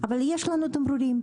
אבל יש לנו תמרורים.